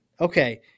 okay